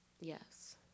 Yes